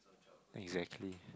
exactly